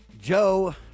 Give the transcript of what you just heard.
Joe